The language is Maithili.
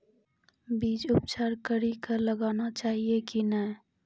बीज उपचार कड़ी कऽ लगाना चाहिए कि नैय?